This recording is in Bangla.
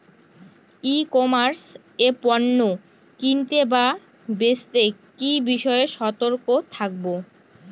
ই কমার্স এ পণ্য কিনতে বা বেচতে কি বিষয়ে সতর্ক থাকব?